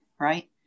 right